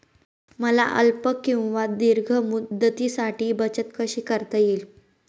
मला अल्प किंवा दीर्घ मुदतीसाठी बचत कशी करता येईल?